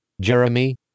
Jeremy